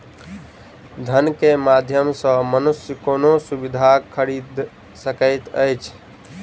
धन के माध्यम सॅ मनुष्य कोनो सुविधा खरीदल सकैत अछि